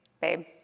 babe